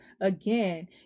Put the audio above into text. again